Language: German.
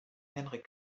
henrik